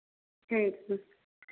ठीक ठीक